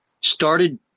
started